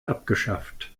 abgeschafft